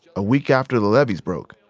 a week after the levees broke,